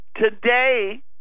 Today